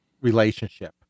relationship